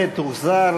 ותוחזר